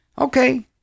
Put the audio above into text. Okay